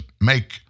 make